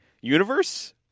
universe